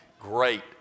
great